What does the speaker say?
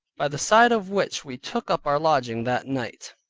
by the side of which we took up our lodging that night.